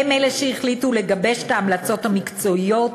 הם אלה שהחליטו לגבש את ההמלצות המקצועיות,